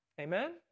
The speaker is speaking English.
Amen